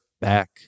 back